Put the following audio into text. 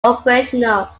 operational